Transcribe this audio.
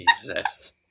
Jesus